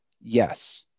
Yes